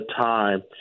time